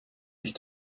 mich